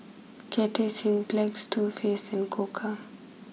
Cathay Cineplex Too Faced and Koka